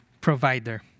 Provider